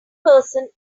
person